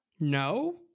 no